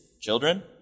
children